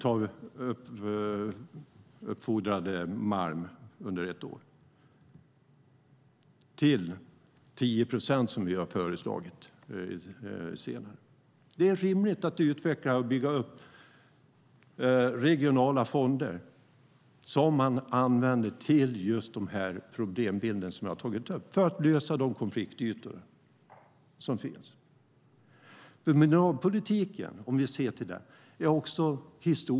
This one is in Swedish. Det är rimligt att utveckla och bygga upp regionala fonder som man använder för att motverka just den problembild som jag tagit upp och lösa de konfliktytor som finns.